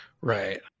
Right